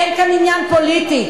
אין כאן עניין פוליטי.